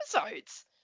episodes